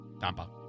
Tampa